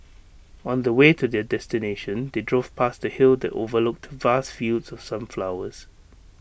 on the way to their destination they drove past A hill that overlooked vast fields of sunflowers